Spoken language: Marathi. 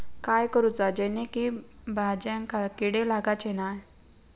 काय करूचा जेणेकी भाजायेंका किडे लागाचे नाय?